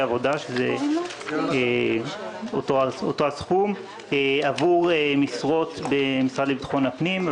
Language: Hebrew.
עבודה שזה אותו סכום עבור משרות במשרד לביטחון הפנים.